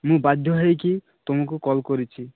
ମୁଁ ବାଧ୍ୟ ହୋଇକି ତୁମକୁ କଲ୍ କରିଛି